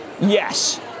Yes